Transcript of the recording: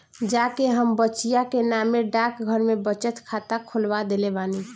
जा के हम बचिया के नामे डाकघर में बचत खाता खोलवा देले बानी